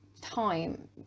time